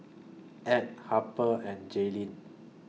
Add Harper and Jaylin